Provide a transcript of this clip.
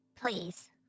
please